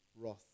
wrath